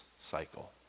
cycle